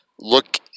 look